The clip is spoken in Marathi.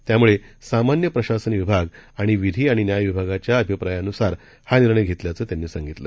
त्यामुळेसामान्यप्रशासनविभागआणिविधीआणिन्यायविभागाच्याअभिप्रायानुसारहानिर्णयघेतल्याचंत्यांनीसांगितलं